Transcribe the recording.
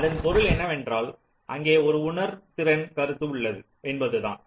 அதன் பொருள் என்னவென்றால் அங்கே ஒரு உணர்திறன் கருத்து உள்ளது என்பதுதான்